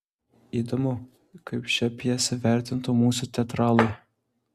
įdomu kaip šią pjesę vertintų mūsų teatralai